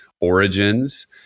origins